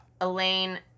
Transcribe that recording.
elaine